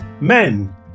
Men